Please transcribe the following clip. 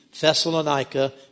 Thessalonica